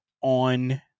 on